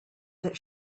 that